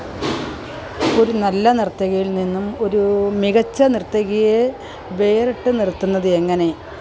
ഒരു നല്ല നര്ത്തകിയില് നിന്നും ഒരു മികച്ച നിര്ത്തകിയെ വേറിട്ട് നിര്ത്തുന്നത് എങ്ങനെ